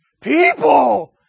people